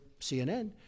CNN